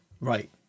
right